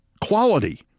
Quality